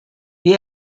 the